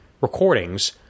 recordings